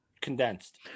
condensed